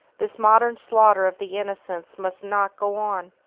this modern slaughter of the innocents must not go on!